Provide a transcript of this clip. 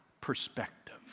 perspective